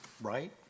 right